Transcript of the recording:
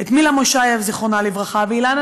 את מילה מושייב, זיכרונה לברכה, ואת אילנה